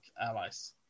allies